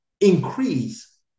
increase